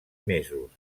mesos